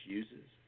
uses